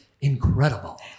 incredible